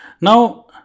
Now